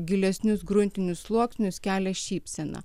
gilesnius gruntinius sluoksnius kelia šypseną